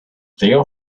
their